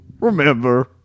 Remember